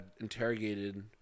interrogated